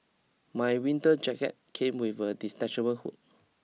my winter jacket came with a detachable hood